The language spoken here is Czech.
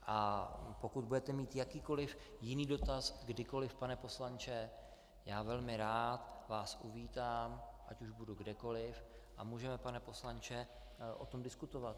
A pokud budete mít jakýkoli jiný dotaz kdykoli, pane poslanče, já velmi rád vás uvítám, ať už budu kdekoliv, a můžeme, pane poslanče, o tom diskutovat.